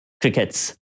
crickets